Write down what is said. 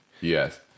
Yes